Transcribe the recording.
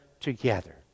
together